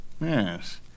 Yes